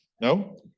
No